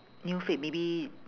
new fad maybe